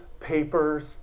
papers